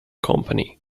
company